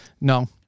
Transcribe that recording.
No